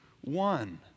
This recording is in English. one